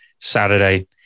Saturday